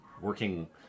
working